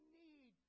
need